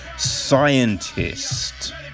Scientist